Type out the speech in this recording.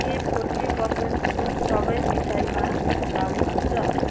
के forty percent छुट सबै मिठाईमा लागु हुन्छ